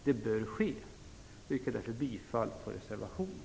Det bör ske. Jag yrkar därför bifall till reservationen.